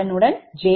2 இணையாக உள்ளன